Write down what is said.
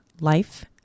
life